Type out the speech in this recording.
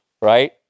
right